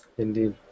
Indeed